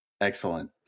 Excellent